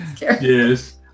Yes